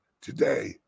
today